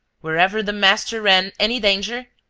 wherever the master ran any danger,